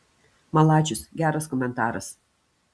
malačius geras komentaras